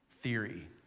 theory